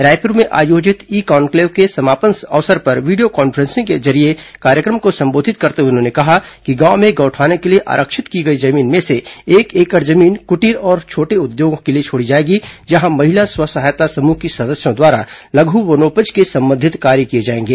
रायपुर में आयोजित e conclave के समापन अवसर पर वीडियो कॉन्फ्रे सिंग के जरिये कार्यक्र म को संबोधित करते हुए उन्होंने कहा कि गांव में गौठानों के लिए आरक्षित की गई जमीन में से एक एकड़ जमीन कुटीर और छोटे उद्योगों के लिए छोड़ी जाएगी जहां महिला स्व सहायता समूह की सदस्यों द्वारा लघु बनोपज से संबंधित कार्य किए जाएंगे